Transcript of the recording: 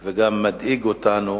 חשוב לנו וגם מדאיג אותנו,